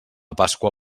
pasqua